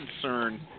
concern